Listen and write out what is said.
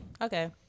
Okay